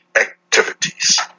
activities